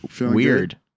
weird